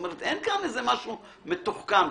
אין כאן משהו מתוחכם.